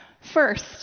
First